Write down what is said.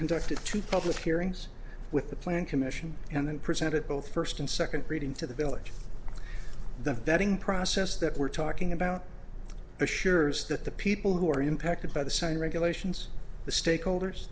conducted two public hearings with the plan commission and presented both first and second reading to the village the vetting process that we're talking about assures that the people who are impacted by the site regulations the stakeholders